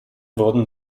wurden